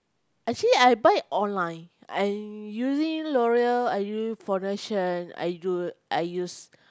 actually I buy online I using l'oreal I using foundation I use I use